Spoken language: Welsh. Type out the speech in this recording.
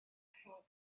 rhwng